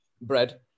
bread